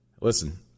Listen